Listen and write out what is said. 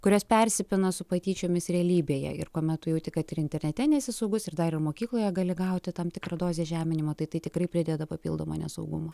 kurios persipina su patyčiomis realybėje ir kuomet tu jauti kad ir internete nesi saugus ir dar ir mokykloje gali gauti tam tikrą dozę žeminimo tai tai tikrai prideda papildomą nesaugumą